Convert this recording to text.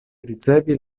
ricevi